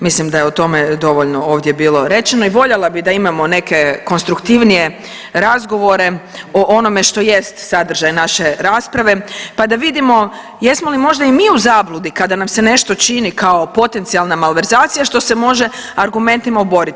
Mislim da je o tome dovoljno ovdje bilo rečeno i voljela bih da imamo neke konstruktivnije razgovore o onima što jest sadržaj naše rasprave pa da vidimo jesmo li možda i mi u zabludi kada nam se nešto čini kao potencijalna malverzacija što se može argumentima oboriti.